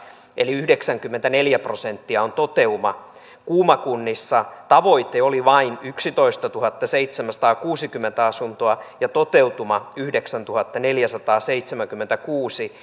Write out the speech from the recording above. eli yhdeksänkymmentäneljä prosenttia on toteuma kuuma kunnissa tavoite oli vain yksitoistatuhattaseitsemänsataakuusikymmentä asuntoa ja toteutuma yhdeksäntuhattaneljäsataaseitsemänkymmentäkuusi